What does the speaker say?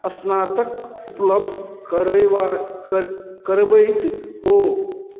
स्नातक उपलब्ध करयबाक कर करबैत हो